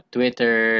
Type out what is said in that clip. Twitter